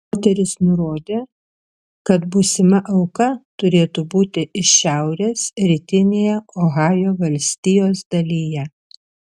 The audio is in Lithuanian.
moteris nurodė kad būsima auka turėtų būti iš šiaurės rytinėje ohajo valstijos dalyje